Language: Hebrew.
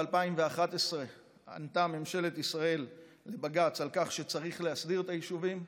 ב-2011 ענתה ממשלת ישראל לבג"ץ על כך שצריך להסדיר את היישובים,